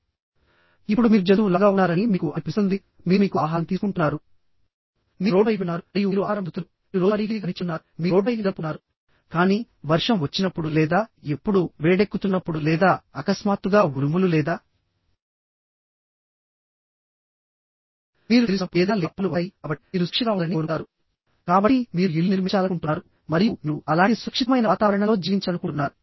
ఇప్పుడు మీరు జంతువు లాగా ఉన్నారని మీకు అనిపిస్తుంది మీరు మీకు ఆహారం తీసుకుంటున్నారు మీరు రోడ్డుపై వెళ్తున్నారు మరియు మీరు ఆహారం పొందుతున్నారు మీరు రోజువారీ కూలీగా పనిచేస్తున్నారు మీరు రోడ్డుపై నిద్రపోతున్నారు కానీ వర్షం వచ్చినప్పుడు లేదా ఎప్పుడు వేడెక్కుతున్నప్పుడు లేదా అకస్మాత్తుగా ఉరుములు లేదా మీరు నిద్రిస్తున్నప్పుడు ఏదైనా లేదా పాములు వస్తాయి కాబట్టి మీరు సురక్షితంగా ఉండాలని కోరుకుంటారు కాబట్టి మీరు ఇల్లు నిర్మించాలనుకుంటున్నారు మరియు మీరు అలాంటి సురక్షితమైన వాతావరణంలో జీవించాలనుకుంటున్నారు